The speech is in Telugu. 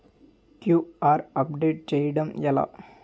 క్యూ.ఆర్ అప్డేట్ చేయడం ఎలా?